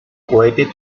cohete